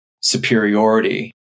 superiority